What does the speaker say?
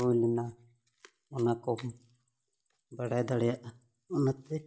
ᱦᱩᱭ ᱞᱮᱱᱟ ᱚᱱᱟ ᱠᱚᱢ ᱵᱟᱲᱟᱭ ᱫᱟᱲᱮᱭᱟᱜᱼᱟ ᱚᱱᱟᱛᱮ